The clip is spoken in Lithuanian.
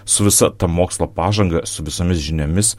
su visa ta mokslo pažanga su visomis žiniomis